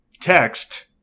Text